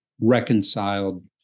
reconciled